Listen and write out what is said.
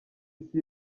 isi